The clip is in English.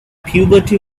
puberty